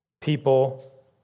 People